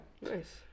Nice